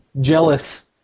jealous